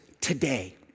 today